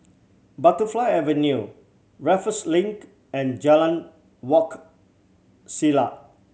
Butterfly Avenue Raffles Link and Jalan Wak Selat